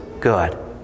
good